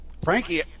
Frankie